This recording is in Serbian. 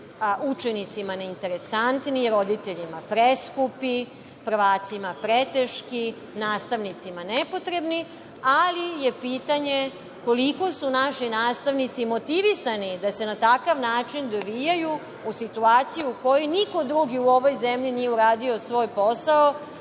učenicima neinteresantni, roditeljima preskupi, prvacima preteški, nastavnicima nepotrebni, ali je pitanje koliko su naši nastavnici motivisani da se na takav način dovijaju u situaciju koji niko drugi u ovoj zemlji nije uradio svoj posao